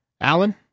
Alan